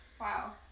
Wow